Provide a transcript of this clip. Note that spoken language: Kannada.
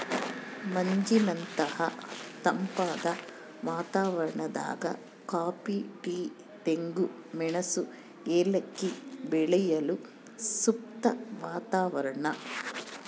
ಮಂಜಿನಂತಹ ತಂಪಾದ ವಾತಾವರಣದಾಗ ಕಾಫಿ ಟೀ ತೆಂಗು ಮೆಣಸು ಏಲಕ್ಕಿ ಬೆಳೆಯಲು ಸೂಕ್ತ ವಾತಾವರಣ